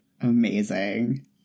Amazing